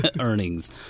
earnings